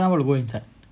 will go inside